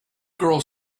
girl